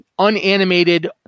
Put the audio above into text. unanimated